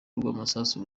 rw’amasasu